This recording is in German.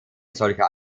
solcher